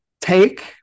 take